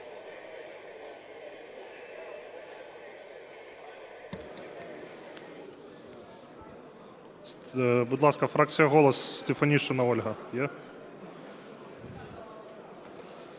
Будь ласка, фракція "Голос", Стефанишина Ольга.